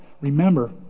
Remember